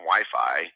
Wi-Fi